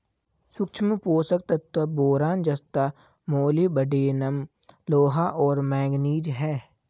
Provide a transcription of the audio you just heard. सूक्ष्म पोषक तत्व बोरान जस्ता मोलिब्डेनम लोहा और मैंगनीज हैं